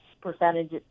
percentage